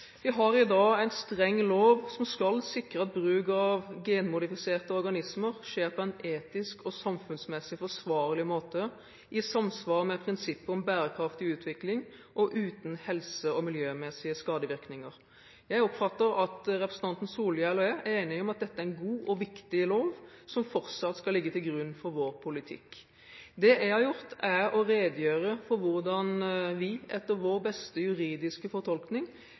Vi har i dag en streng lov som skal sikre at bruk av genmodifiserte organismer skjer på en etisk og samfunnsmessig forsvarlig måte, i samsvar med prinsippet om bærekraftig utvikling og uten helse- og miljømessige skadevirkninger. Jeg oppfatter at representanten Solhjell og jeg er enige om at dette er en god og viktig lov, som fortsatt skal ligge til grunn for vår politikk. Det jeg har gjort, er å redegjøre for hvordan vi etter vår beste juridiske fortolkning